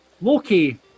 Loki